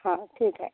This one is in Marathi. हां ठीक आहे